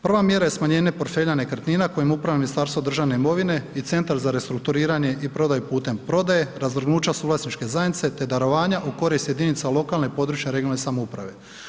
Prva mjera je smanjenja portfelja nekretnina kojim upravlja Ministarstvo državne imovine i Centar za restrukturiranje i prodaju putem prodaje, razvrgnuća suvlasničke zajednice te darovanja u korist jedinica lokalne i područne (regionalne) samouprave.